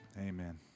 Amen